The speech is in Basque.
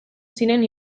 ziren